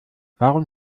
warum